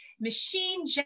machine